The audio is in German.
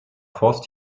force